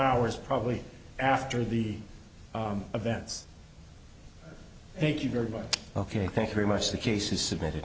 hours probably after the events thank you very much ok thank you very much the case is submitted